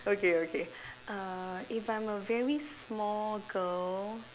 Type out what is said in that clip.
okay okay err if I'm a very small girl